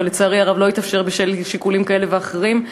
אבל לצערי הרב הדבר לא התאפשר בשל שיקולים כאלה ואחרים.